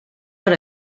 per